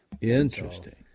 interesting